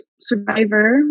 survivor